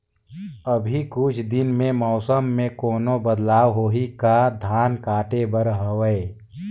अभी कुछ दिन मे मौसम मे कोनो बदलाव होही का? धान काटे बर हवय?